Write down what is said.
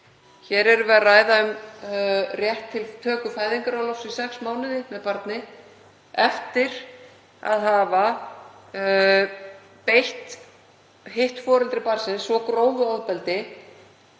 Við erum að ræða um rétt til töku fæðingarorlofs í sex mánuði með barni eftir að hafa beitt hitt foreldri barnsins svo grófu ofbeldi